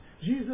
Jesus